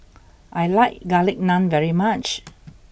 I like Garlic Naan very much